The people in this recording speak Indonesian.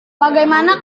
bagaimana